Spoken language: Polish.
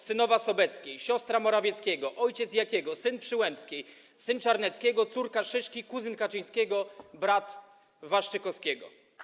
synowa Sobeckiej, siostra Morawieckiego, ojciec Jakiego, syn Przyłębskiej, syn Czarneckiego, córka Szyszki, kuzyn Kaczyńskiego, brat Waszczykowskiego.